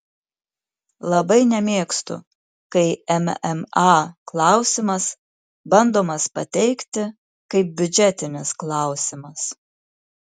labai nemėgstu kai mma klausimas bandomas pateikti kaip biudžetinis klausimas